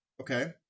okay